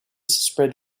spread